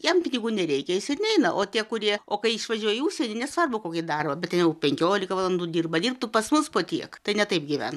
jam pinigų nereikia jis ir neina o tie kurie o kai išvažiuoja į užsienį nesvarbu kokį dabą bet jau penkiolika valandų dirba dirbtų pas mus po tiek tai ne taip gyven